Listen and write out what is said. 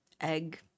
egg